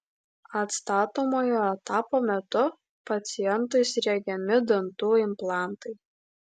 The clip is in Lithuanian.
atstatomojo etapo metu pacientui sriegiami dantų implantai